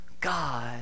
God